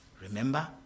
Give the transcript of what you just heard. Remember